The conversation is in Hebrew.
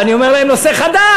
ואני אומר להם: נושא חדש,